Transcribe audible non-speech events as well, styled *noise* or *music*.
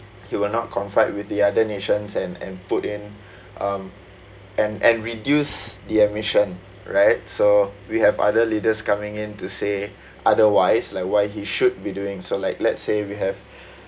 he will not confide with the other nations and and put in *breath* um and and reduce the emission right so we have other leaders coming in to say otherwise like why he should be doing so like let's say we have